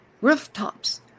rooftops